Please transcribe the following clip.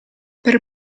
per